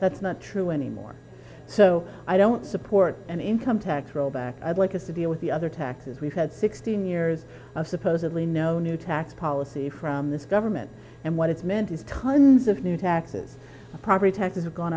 that's not true anymore so i don't support an income tax rollback i'd like us to deal with the other taxes we've had sixteen years of supposedly no new tax policy from this government and what it's meant is kinds of new taxes property taxes have gone